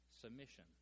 submission